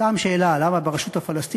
סתם שאלה: למה ברשות הפלסטינית